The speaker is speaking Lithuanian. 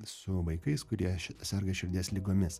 su vaikais kurie serga širdies ligomis